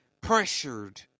pressured